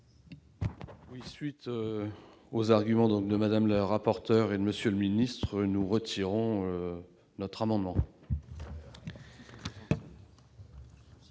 égard aux arguments de Mme le rapporteur et de M. le ministre, nous retirons notre amendement.